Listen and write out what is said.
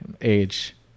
age